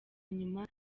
nyuma